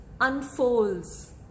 unfolds